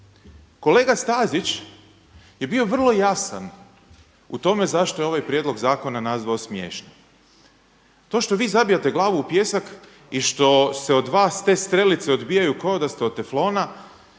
kolega Stazić je bio vrlo jasan u tome zašto je ovaj prijedlog zakona nazvao smiješnim. To što vi zabijate glavu u pijesak i što se od vas te strelice odbijaju kao da ste od teflona